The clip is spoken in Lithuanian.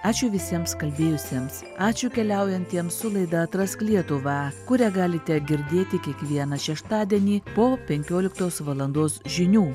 ačiū visiems kalbėjusiems ačiū keliaujantiems su laida atrask lietuvą kurią galite girdėti kiekvieną šeštadienį po penkioliktos valandos žinių